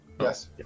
Yes